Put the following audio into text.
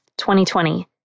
2020